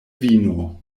vino